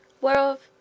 whereof